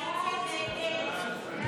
הסתייגות 37 לחלופין